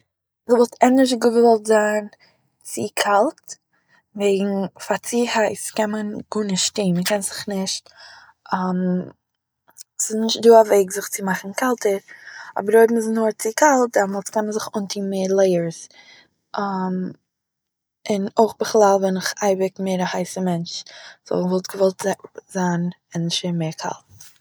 איך וואלט ענדערש געוואלט זיין צו קאלט, וועגן פאר צו הייס קען מען גארנישט טוהן, מ'קען זיך נישט ס'איז נישט דא א וועג צו זיך מאכן קאלטער, אבער אויב מען איז נאר צו קאלט דענטסמאל קען מען זיך אנטוהן לייערס, און אויך בכלל בין איך אייביג מער א הייסער מענטש סו, איך וואלט געוואלט זיי- זיין ענדערשער מער קאלט